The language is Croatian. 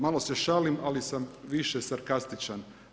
Malo se šalim ali sam više sarkastičan.